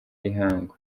y’ihangu